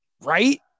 Right